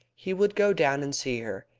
he would go down and see her.